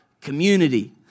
Community